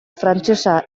frantsesa